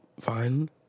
Fine